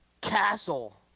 Castle